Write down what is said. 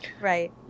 Right